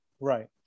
Right